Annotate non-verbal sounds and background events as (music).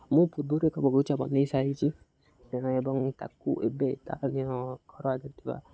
ମୁଁ ପୂର୍ବରୁ ଏକ ବଗିଚା ବନାଇସାରିଛି ଏବଂ ତାକୁ ଏବେ (unintelligible) କରାଯାଉଥିବା